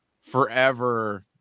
forever